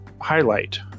highlight